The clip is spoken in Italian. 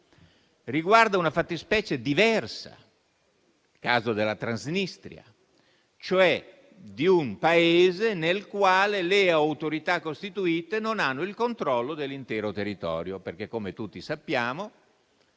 riguarda una fattispecie diversa. È il caso della Transnistria, un Paese nel quale le autorità costituite non hanno il controllo dell'intero territorio perché - come tutti sappiamo